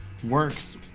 works